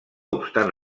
obstant